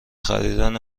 خریدن